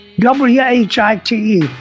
W-H-I-T-E